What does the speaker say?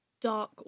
dark